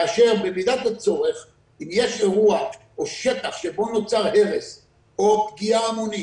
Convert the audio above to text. כאשר במידת הצורך אם יש אירוע או שטח שבו נוצר הרס או פגיעה המונית,